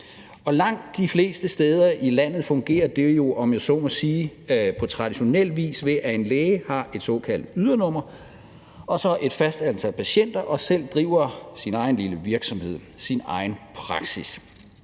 Langt de fleste steder i landet fungerer det jo, om jeg så må sige, på traditionel vis, ved at en læge har et såkaldt ydernummer og et fast antal patienter og selv driver sin egen lille virksomhed, sin egen praksis.